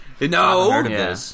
no